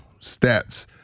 stats